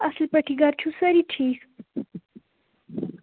اصل پٲٹھی گَرِ چھِوٕ سٲرے ٹھیٖک